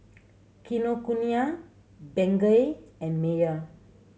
Kinokuniya Bengay and Mayer